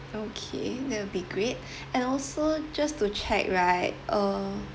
okay that will be great and also just to check right uh